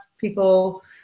people